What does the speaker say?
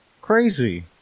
Crazy